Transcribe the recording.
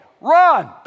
run